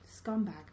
scumbag